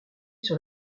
sur